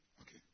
Okay